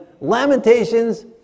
lamentations